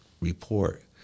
report